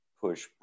push